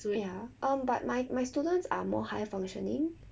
ya um but my my students are more higher functioning